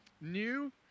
new